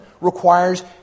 requires